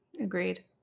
Agreed